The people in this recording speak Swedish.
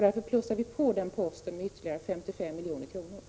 Därför plussar vi på den posten med ytterligare 55 milj.kr.